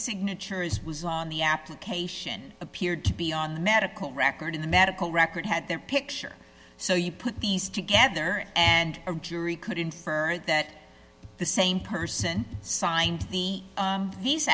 signature is was on the application appeared to be on the medical record in the medical record had their picture so you put these together and a jury could infer that the same person signed the these